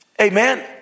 Amen